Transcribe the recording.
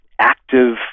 active